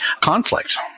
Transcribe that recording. conflict